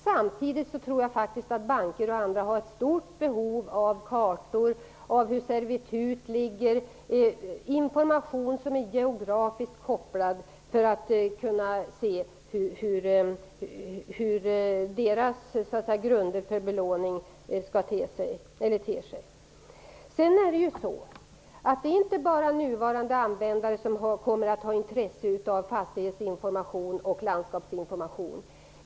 Samtidigt tror jag faktiskt att banker och andra har ett stort behov av kartor, uppgifter om hur servitut ligger och information som är geografiskt kopplad för att kunna se hur grunderna för belåning ter sig. Det är inte bara nuvarande användare som kommer att ha intresse av fastighetsinformation och landskapsinformation.